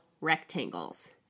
rectangles